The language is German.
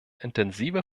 intensive